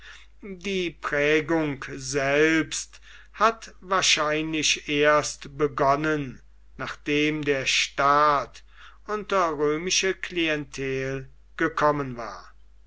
die prägung selbst hat wahrscheinlich erst begonnen nachdem der staat unter römische klientel gekommen war